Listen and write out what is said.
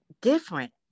different